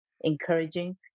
encouraging